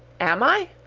am i?